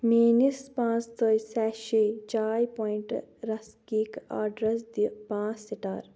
میٲنِس پانٛژتٲجۍ سیشے چاے پویِنٛٹ رسک کیک آرڈرَس دِ پانٛژھ سٹار